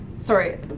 Sorry